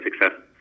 success